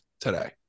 today